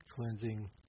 cleansing